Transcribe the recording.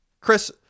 Chris